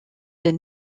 des